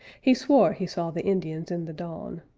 he swore he saw the indians in the dawn,